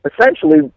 essentially